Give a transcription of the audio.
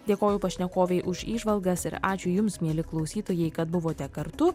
dėkoju pašnekovei už įžvalgas ir ačiū jums mieli klausytojai kad buvote kartu